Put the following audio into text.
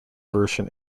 version